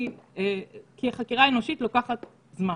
כי החקירה האנושית לוקחת זמן.